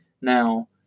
Now